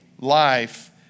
life